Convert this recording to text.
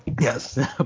Yes